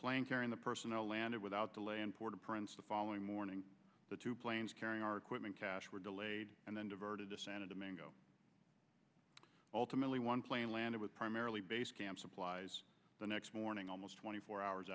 plane carrying the personnel landed without delay in port au prince the following morning the two planes carrying our equipment cash were delayed and diverted to santa domingo ultimately one plane landed with primarily base camp supplies the next morning almost twenty four hours